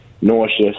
nauseous